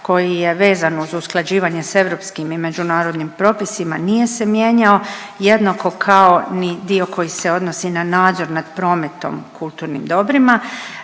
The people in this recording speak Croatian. koji je vezan uz usklađivanje s europskim i međunarodnim propisima nije se mijenjao, jednako kao ni dio koji se odnosi na nadzor nad prometom kulturnim dobrima.